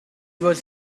was